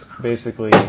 basically-